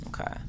okay